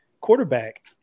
quarterback